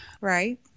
right